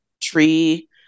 tree